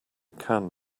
can